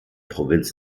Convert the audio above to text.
provinz